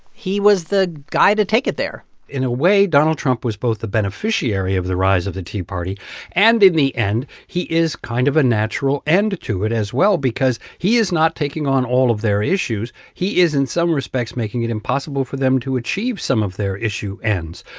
he was the guy to take it there in a way, donald trump was both the beneficiary of the rise of the tea party and, in the end, he is kind of a natural end to it, as well, because he is not taking on all of their issues. he is, in some respects, making it impossible for them to achieve some of their issue ends.